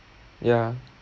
ya